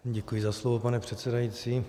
Děkuji za slovo, pane předsedající.